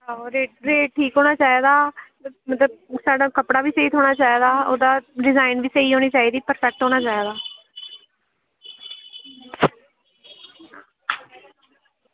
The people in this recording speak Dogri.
होर रेट रेट ठीक होना चाहिदा मतलब साढ़ा कपड़ा बी स्हेई थ्होना चाहिदा ओह्दा डिजाइन बी स्हेई होनी चाहिदी परफैक्ट होना चाहिदा